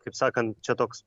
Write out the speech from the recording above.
kaip sakant čia toks